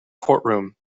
courtroom